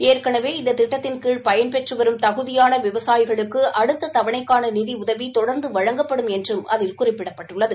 ஏற்கனவே இந்த திட்டத்தின் கீழ் பயன்பெற்று வரும் தகுதியான விவசாயிகளுக்கு அடுத்த தவணைக்கான நிதி உதவி தொடர்ந்து வழங்கப்படும் என்றும் அதில் குறிப்பிடப்பட்டுள்ளது